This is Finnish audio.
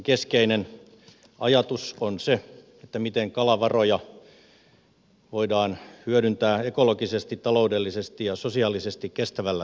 keskeinen ajatus on se miten kalavaroja voidaan hyödyntää ekologisesti taloudellisesti ja sosiaalisesti kestävällä tavalla